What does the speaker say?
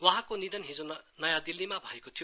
वहाँको निधन हिज नयाँ दिल्लीमा भएको थियो